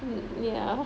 mmhmm ya